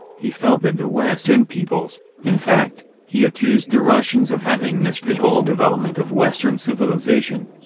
he felt that the western peoples in fact, he accused the russians of having missed the whole development of western civilization.